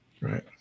Right